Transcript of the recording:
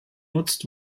nutzt